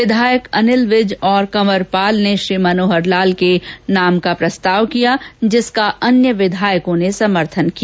विधायक अनिल विज और कंवर पाल ने श्री मनोहर लाल के नाम का प्रस्ताव किया जिसका अन्य विधायकों ने समर्थन किया